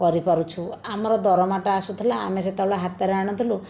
କରିପାରୁଛୁ ଆମର ଦରମାଟା ଆସୁଥିଲା ଆମେ ସେତେବେଳେ ହାତରେ ଆଣୁଥୁଲୁ